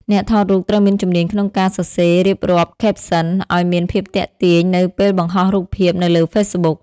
អ្នកថតរូបត្រូវមានជំនាញក្នុងការសរសេររៀបរាប់ Captions ឱ្យមានភាពទាក់ទាញនៅពេលបង្ហោះរូបភាពនៅលើហ្វេសប៊ុក។